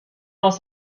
aus